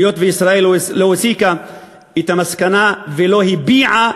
היות שישראל לא הסיקה את המסקנה ולא הביעה,